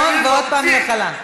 אדוני יושב-ראש הקואליציה,